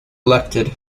elected